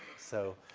so,